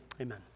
amen